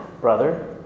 brother